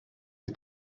the